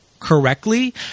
Correctly